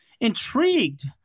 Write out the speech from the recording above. intrigued